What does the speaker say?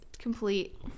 Complete